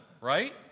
right